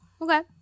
Okay